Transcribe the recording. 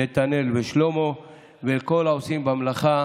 נתנאל ושלמה,